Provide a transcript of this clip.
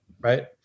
right